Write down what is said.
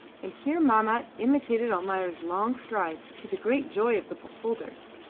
and here mahmat imitated almayer's long strides, to the great joy of the beholders.